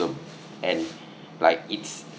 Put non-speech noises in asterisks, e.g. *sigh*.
and *breath* like it's